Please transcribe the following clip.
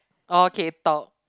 okay talk